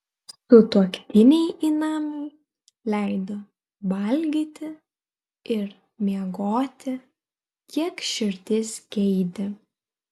sutuoktiniai įnamiui leido valgyti ir miegoti kiek širdis geidė